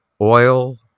oil